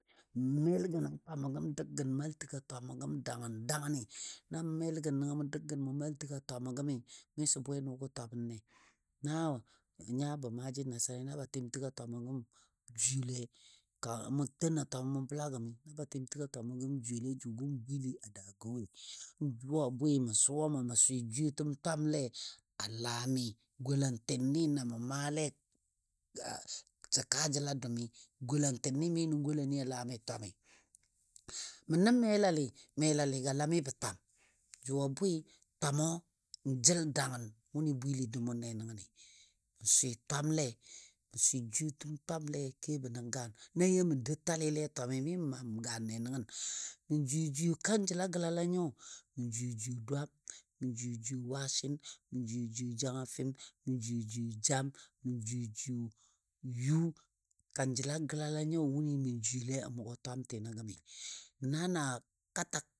N mel gən a twamɔ gəm dəgən mal tanɔ twamo gəm dangən dangəni, nan mel gən nəngɔ mʊ dəgən mʊ mal tənɔ a twamɔ gəmi miso bwenʊgɔ twabəne. Na nyabɔ maaji nasanai na ba tɨm təgɔ twamɔ gəm jwiyellei kanga mʊ tena twamɔ mɔ bəla gəmi na ba tɨm təgo twamɔ gəm jwiyele jʊgɔ bwili a daagɔ woi. Jʊ a bwɨ ma suwa mə mə swɨ jwiyetəm twamle a la mi golantini na mə maale sə kaa jəl a dou mi, golantini mi nən nʊni a lami twami. Ma nə melalɨ, melalɨ ga lamibɔ twami, jʊ a bwɨ twamɔ jəl dangən wʊnɨ bwili dou mʊnne nəngəni. Mə swɨ twamle mə swɨ jwiyetəm twamle kebɔ nən gaan, na yɔ mə dou talɨle mi mə maam gaanle nəngən. Ma jwiye jwiye kanjəla gəlala nyo, mə jwiye jwiye dwaam, mə jwiye jwiye wasin, mə jwiye jwiye jangafɨn, mə jwiye jwiye jam, mə jwiye jwiye yu, kanjəla gəlala nyo wʊnɨ ma jwiyele a mʊgɔ twamtinɔ gami. Na na kata